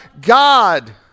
God